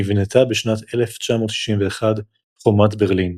נבנתה בשנת 1961 חומת ברלין,